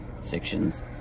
sections